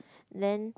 and then